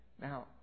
Now